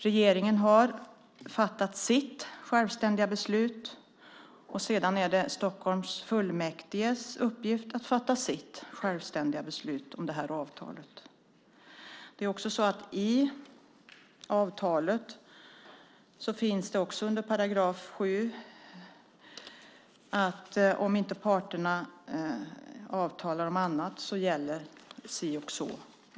Regeringen har fattat sitt självständiga beslut. Sedan är det Stockholms fullmäktiges uppgift att fatta sitt självständiga beslut om det här avtalet. I avtalet står det också under § 7 att om inte parterna avtalar om annat gäller si och så.